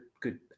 good